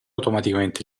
automaticamente